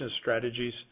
strategies